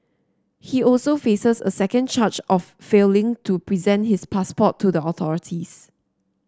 he also faces a second charge of failing to present his passport to the authorities